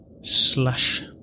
slash